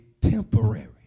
temporary